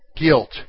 guilt